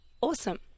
awesome